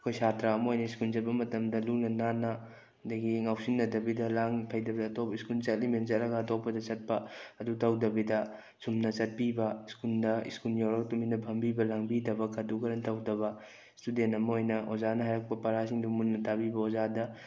ꯑꯩꯈꯣꯏ ꯁꯥꯇ꯭ꯔ ꯑꯃ ꯑꯣꯏꯅ ꯁ꯭ꯀꯨꯟ ꯆꯠꯄ ꯃꯇꯝꯗ ꯂꯨꯅ ꯅꯥꯟꯅ ꯑꯗꯨꯗꯒꯤ ꯉꯥꯎꯁꯤꯟꯅꯗꯕꯤꯗ ꯂꯥꯡ ꯐꯩꯗꯕꯤꯗ ꯁ꯭ꯀꯨꯟ ꯆꯠꯂꯤꯃꯦꯅ ꯆꯠꯂꯒ ꯑꯇꯣꯞꯄꯗ ꯆꯠꯄ ꯑꯗꯨ ꯇꯧꯗꯕꯤꯗ ꯆꯨꯝꯅ ꯆꯠꯄꯤꯕ ꯁ꯭ꯀꯨꯜꯗ ꯁ꯭ꯀꯨꯟ ꯌꯧꯔꯒ ꯇꯨꯃꯤꯟꯅ ꯐꯝꯕꯤꯕ ꯂꯥꯡꯕꯤꯗꯕ ꯀꯥꯇꯨ ꯀꯥꯔꯟ ꯇꯧꯗꯕ ꯏꯁꯇꯨꯗꯦꯟ ꯑꯝ ꯑꯣꯏꯅ ꯑꯣꯖꯥꯅ ꯍꯥꯏꯔꯛꯄ ꯄꯔꯥꯁꯤꯡꯗꯨ ꯃꯨꯟꯅ ꯇꯥꯕꯤꯕ ꯑꯣꯖꯥꯗ